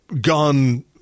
gone